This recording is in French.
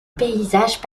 paysages